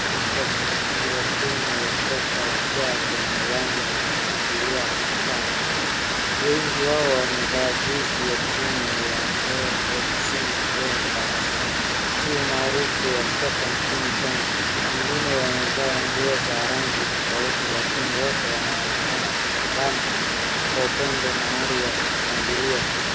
Mashabiki wa timu ya soka wakiwa kwenye uwanja wakishangalia kwa furaha. Wengi wao wamevaa jezi ya timu ya AFC Leopards . Timu maarufu ya soka nchini Kenya. Wengine wamevaa nguo za rangi tofauti lakini wote wanaonekana kuungana kwa upendo na hali ya kushangilia.